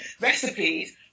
recipes